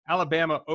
Alabama